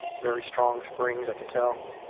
very strong springs, i can tell.